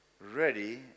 ready